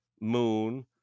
moon